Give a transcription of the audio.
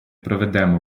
проведемо